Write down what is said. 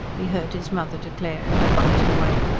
he heard his mother declare in her biting way.